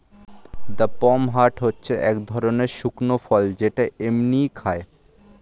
কাদপমহাট হচ্ছে এক ধরণের শুকনো ফল যেটা এমনিই খায়